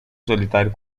solitário